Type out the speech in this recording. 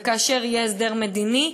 וכאשר יהיה הסדר מדיני,